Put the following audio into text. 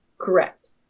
correct